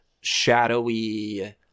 shadowy